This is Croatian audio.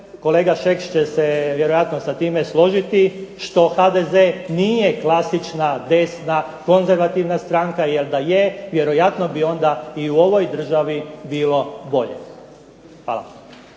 kolega Šeks će se vjerojatno sa time složiti, što HDZ nije klasična desna konzervativna stranka, jer da je vjerojatno bi onda i u ovoj državi bilo bolje.